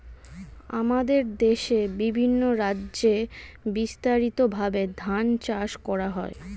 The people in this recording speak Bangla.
আমাদের দেশে বিভিন্ন রাজ্যে বিস্তারিতভাবে ধান চাষ করা হয়